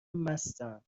مستم